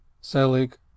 selig